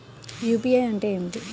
UPI అంటే ఏమిటి?